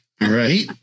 right